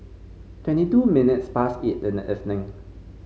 twenty two minutes past eight in the evening